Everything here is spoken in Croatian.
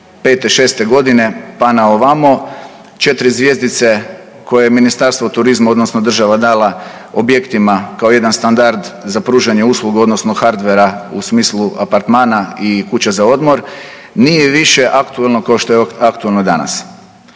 2005.-'6.g., pa na ovamo, 4 zvjezdice koje je Ministarstvo turizma odnosno država dala objektima kao jedan standard za pružanje usluga odnosno hardvera u smislu apartmana i kuće za odmor, nije više aktualno kao što je aktualno danas.